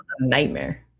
nightmare